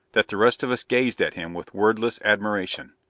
that the rest of us gazed at him with wordless admiration.